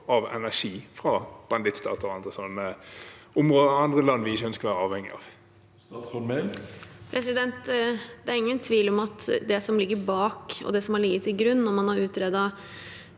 av energi fra bandittstater og andre land vi ikke ønsker å være avhengig av? Statsråd Emilie Mehl Det er ingen tvil om at det som ligger bak, og det som har ligget til grunn når man har utredet